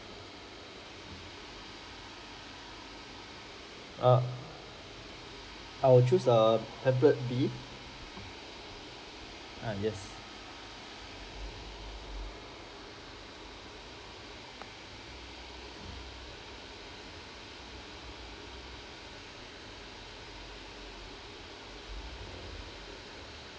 err I will choose err template B uh yes